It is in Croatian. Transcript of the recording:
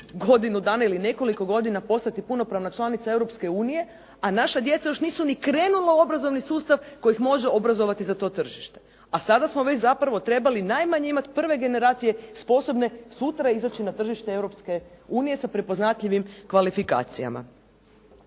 godinu dana ili nekoliko godina postati punopravna članica Europske unije a naša djeca još nisu ni krenula u obrazovni sustav koji ih može obrazovati za to tržište, a sada smo već zapravo trebali najmanje imati prve generacije sposobne sutra izaći na tržište Europske unije sa prepoznatljivim kvalifikacijama.